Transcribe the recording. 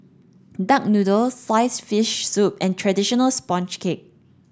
duck noodle sliced fish soup and traditional sponge cake